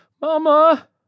Mama